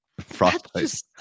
frostbite